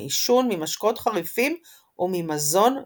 מעישון, ממשקאות חריפים וממזון מתובל.